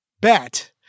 bet